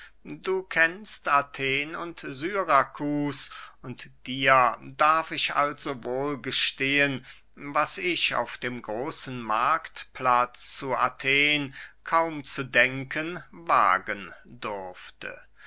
du kennst athen und syrakus und dir darf ich also wohl gestehen was ich auf dem großen marktplatz zu athen kaum zu denken wagen dürfte